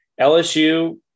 LSU